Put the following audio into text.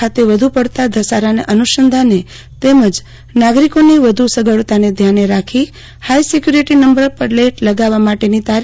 ખાતે વધુ પડતા ઘસારાને અનુસંધાને તેમજ નાગરિકોની વ્ધ સગવડતાને ધ્યાને રાખી હાઇ સીક્વરીટી નંબર પ્લેટ લગાવવા માટેની તા